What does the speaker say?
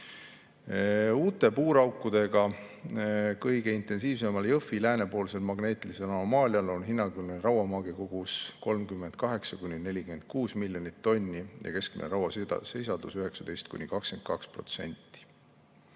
Uute puuraukudega, kõige intensiivsemal Jõhvi läänepoolsel magneetilisel anomaalial on hinnanguline rauamaagi kogus 38–46 miljonit tonni ja keskmine rauasisaldus 19–22%.